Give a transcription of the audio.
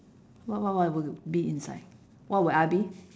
wha~ wha~ what will be inside what will I be